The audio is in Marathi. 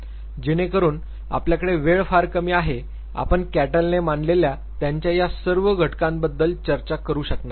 जेणेकरून आपल्याकडे वेळ फार कमी आहे आपण कॅटलने मांडलेल्या यांच्या या सर्व १६ घटकांबद्दल चर्चा करू शकणार करणार नाही